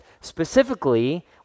Specifically